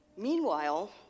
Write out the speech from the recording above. Meanwhile